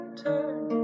turn